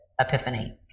epiphany